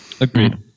agreed